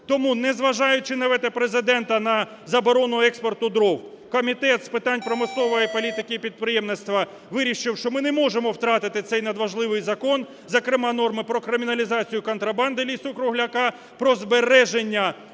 Тому, незважаючи на вето Президента на заборону експорту дров, Комітет з питань промислової політики і підприємництва вирішив, що ми не можемо втратити цей надважливий закон, зокрема, норму про криміналізацію контрабанди лісу-кругляка, про збереження